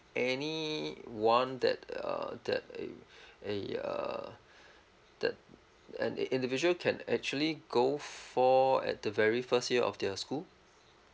any [one] that uh that a a uh that an individual can actually go for at the very first year of their school